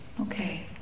Okay